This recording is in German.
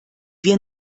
wir